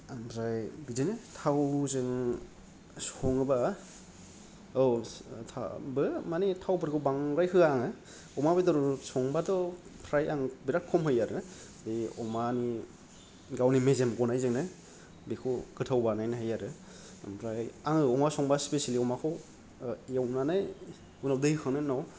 ओमफ्राय बिदिनो थावजों सङोबा औस था बो मानि थावफोरखौ बांद्राय होया आङो अमा बेदर संबाथ' फ्राय आं बिराद खम होयो आरो बे अमानि गावनि मेजेम गनायजोंनो बेखौ गोथाव बानायनो हायो आरो ओमफ्राय आङो अमा संबा स्पेसिएललि अमाखौ एवनानै उनाव दै होखांनाय उनाव